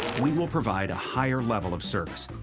we will provide a higher level of service.